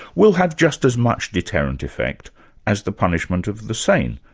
will have just as much deterrent effect as the punishment of the same,